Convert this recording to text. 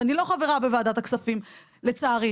ואני לא חברה בוועדת הכספים לצערי,